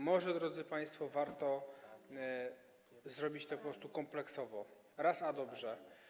Może, drodzy państwo, warto zrobić to po prostu kompleksowo, raz a dobrze.